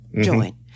Join